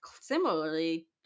similarly